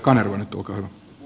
arvoisa puhemies